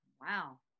Wow